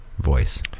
voice